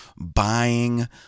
buying